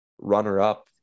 runner-up